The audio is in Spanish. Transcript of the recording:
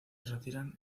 retiran